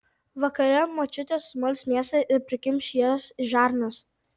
vakare močiutė sumals mėsą ir prikimš jos į žarnas